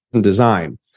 design